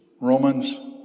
Romans